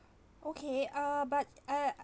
okay uh but uh